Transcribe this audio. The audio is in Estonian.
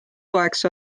toeks